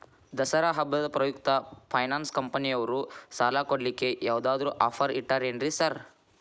ದಸರಾ ಹಬ್ಬದ ಪ್ರಯುಕ್ತ ಫೈನಾನ್ಸ್ ಕಂಪನಿಯವ್ರು ಸಾಲ ಕೊಡ್ಲಿಕ್ಕೆ ಯಾವದಾದ್ರು ಆಫರ್ ಇಟ್ಟಾರೆನ್ರಿ ಸಾರ್?